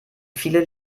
viele